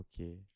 Okay